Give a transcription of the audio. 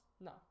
No